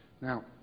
Now